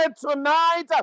tonight